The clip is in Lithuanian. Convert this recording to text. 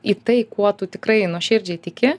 į tai kuo tu tikrai nuoširdžiai tiki